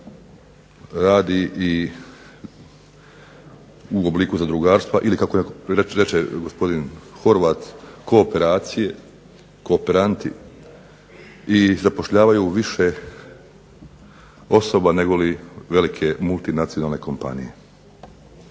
radi i u obliku zadrugarstva ili kako reče gospodin Horvat kooperacije, kooperanti i zapošljavaju više osoba negoli velike multinacionalne kompanije.